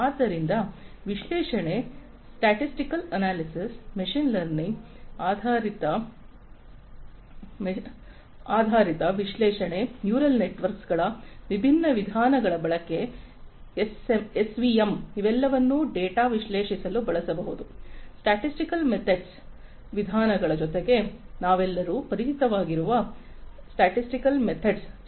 ಆದ್ದರಿಂದ ವಿಶ್ಲೇಷಣೆ statistical analytics machine learning ಆಧಾರಿತ ವಿಶ್ಲೇಷಣೆ ನ್ಯೂರಲ್ ನೆಟ್ವರ್ಕ್ ಗಳ ವಿಭಿನ್ನ ವಿಧಾನಗಳ ಬಳಕೆ ಎಸ್ವಿಎಂ ಇವೆಲ್ಲವನ್ನೂ ಡೇಟಾವನ್ನು ವಿಶ್ಲೇಷಿಸಲು ಬಳಸಬಹುದು ಸ್ಟಾಟಿಸ್ಟಿಕಲ್ ಮೆಥೆಡ್ಸ್ ವಿಧಾನಗಳ ಜೊತೆಗೆ ನಾವೆಲ್ಲರೂ ಪರಿಚಿತವಾಗಿರುವ ಮಲ್ಟಿವೇರಿಯೇಟ್ ಸ್ಟಾಟಿಸ್ಟಿಕಲ್ ಮೆಥೆಡ್ಸ್ ಜೊತೆ